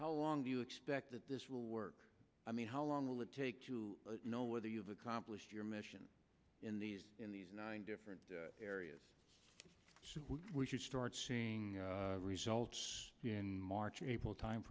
how long do you expect that this will work i mean how long will it take to know whether you've accomplished your mission in these in these nine different areas we should start seeing results in march april